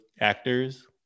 actors